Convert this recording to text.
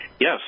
Yes